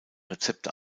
rezepte